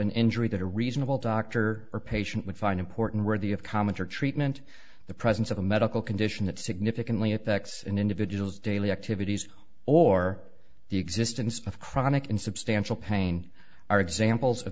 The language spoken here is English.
an injury that a reasonable doctor or patient would find important worthy of comment or treatment the presence of a medical condition that significantly affects an individual's daily activities or the existence of chronic and substantial pain are examples of